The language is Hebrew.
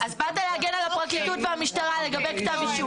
אז באת להגן על הפרקליטות והמשטרה לגבי כתב אישום.